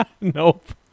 Nope